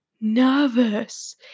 nervous